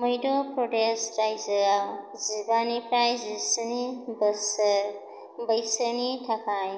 मध्य प्रदेश रायजोआ जिबानिफ्राय जिस्नि बोसोर बैसोनि थाखाय